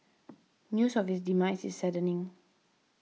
news of his demise is saddening